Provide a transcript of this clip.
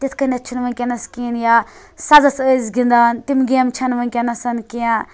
تِتھ کٔنیٚتھ چھِ نہٕ وِنکیٚنَس کِہیٖنۍ یا سَزَس ٲسۍ گَنٛدان تِم گیمہِ چھَ نہٕ وِنکیٚنَس کینٛہہ